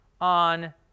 on